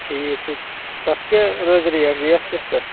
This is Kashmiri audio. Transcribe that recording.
ٹھیٖک چھُ تتھ کیٛاہ روزِ ریٹ ریٹ کیٛاہ چھِ تتھ